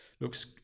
looks